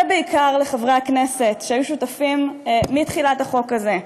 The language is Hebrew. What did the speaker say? ובעיקר, לחברי הכנסת שהיו שותפים מתחילת החוק הזה: